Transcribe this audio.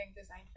design